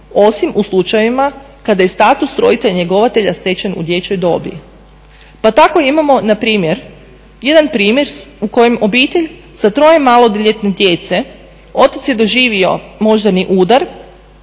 osim u slučajevima kada je status roditelja njegovatelja stečen u dječjoj dobi. Pa tako imamo npr. jedan primjer u kojem obitelj sa troje maloljetne djece, otac je doživio moždani udar,